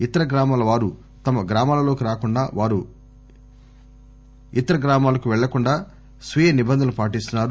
ఇతర గ్రామాల వారు తమ గ్రామాలలోకి రాకుండా వారు ఇతర గ్రామాలకు వెళ్ళకుండా స్వీయ నిబంధనలు పాటిస్తున్నారు